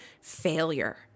failure